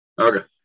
Okay